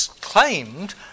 claimed